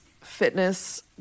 fitness